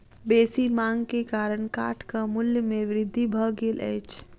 बेसी मांग के कारण काठक मूल्य में वृद्धि भ गेल अछि